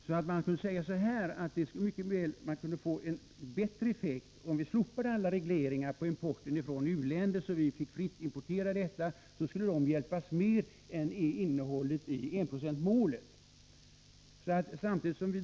Vi skulle mycket väl kunna få en bättre effekt, om vi slopade alla regleringar av importen från u-länder och fick importera fritt, och då skulle de hjälpas mer än genom innehållet i enprocentsmålet.